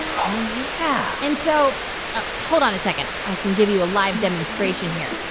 oh, yeah and so ah hold on a second. i can give you a live demonstration here.